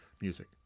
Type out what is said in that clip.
music